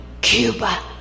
Cuba